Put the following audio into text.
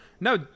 No